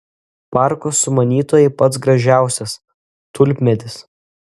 parko sumanytojai pats gražiausias tulpmedis